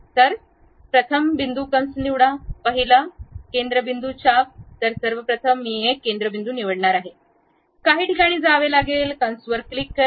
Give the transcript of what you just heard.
तर प्रथम बिंदू कंस निवडा पहिला केंद्र बिंदू आणि आर्र्क निवडा तर सर्व प्रथम मी एक केंद्र बिंदू निवडायचा आहे काही ठिकाणी जावे लागेल कंस वर क्लिक करा